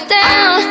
down